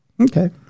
Okay